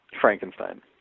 Frankenstein